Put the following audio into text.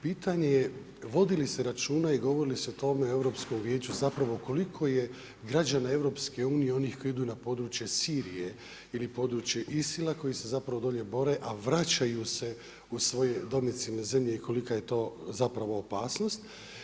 Pitanje je vodili se računa i govori li se o tome u Europskom vijeću zapravo koliko je građana EU, onih koji idu na područje Sirije ili područje ISIL-a koji se zapravo dolje bore a vraćaju se u svoje domicilne zemlje i kolika je to zapravo opasnost?